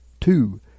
two